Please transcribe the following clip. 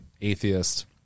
atheist